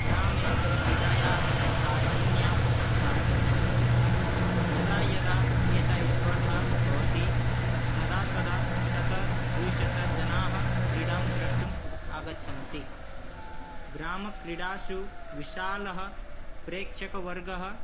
ग्रामे क्रीडायाः प्राधान्यं प्राप्तम् अस्ति यदा यदा एषा स्पर्धा भवति तदा तदा शत द्विशतजनाः क्रीडां द्रष्टुम् आगच्छन्ति ग्रामक्रीडासु विशालः प्रेक्षकवर्गः